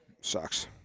Sucks